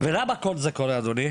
ולמה כל זה קורה, אדוני?